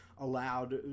allowed